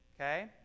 Okay